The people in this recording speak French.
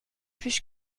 plus